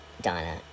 Donna